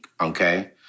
okay